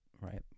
right